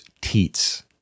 teats